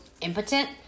impotent